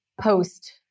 post